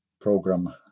program